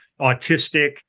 autistic